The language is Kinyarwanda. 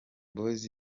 boyz